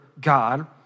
God